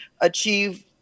achieve